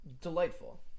delightful